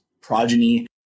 progeny